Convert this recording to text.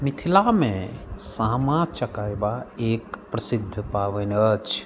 मिथिलामे सामा चकेबा एक प्रसिद्ध पाबनि अछि